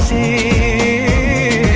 a